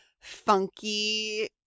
funky